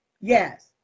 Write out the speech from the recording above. Yes